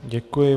Děkuji.